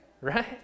right